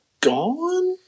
gone